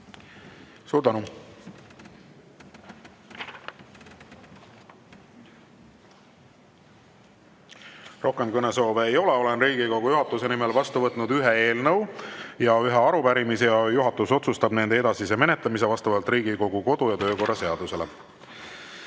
Suur tänu! Rohkem kõnesoove ei ole. Olen Riigikogu juhatuse nimel vastu võtnud ühe eelnõu ja ühe arupärimise. Juhatus otsustab nende edasise menetlemise vastavalt Riigikogu kodu‑ ja töökorra seadusele.